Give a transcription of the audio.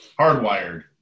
hardwired